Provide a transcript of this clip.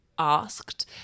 Asked